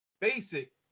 basic